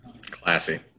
Classy